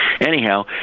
anyhow